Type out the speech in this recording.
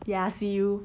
ya see you